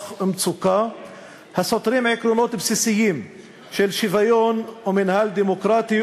ומצוקה הסותרים עקרונות בסיסיים של שוויון ומינהל דמוקרטי,